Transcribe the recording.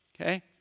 okay